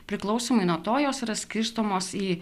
priklausomai nuo to jos yra skirstomos į